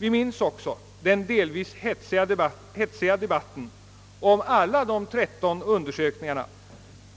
Vi minns också den delvis hetsiga debatten om alla de tretton undersökningarna,